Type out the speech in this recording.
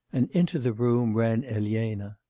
and into the room ran elena.